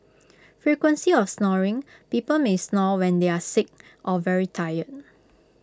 frequency of snoring people may snore when they are sick or very tired